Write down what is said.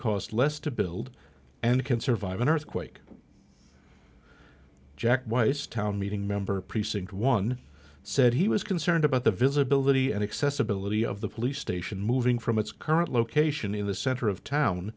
cost less to build and can survive an earthquake jack weiss town meeting member precinct one said he was concerned about the visibility and accessibility of the police station moving from its current location in the center of town